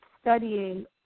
studying